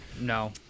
No